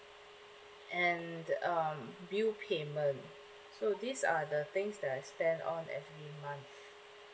and um bill payment so these are the things that I spend on every month